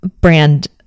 brand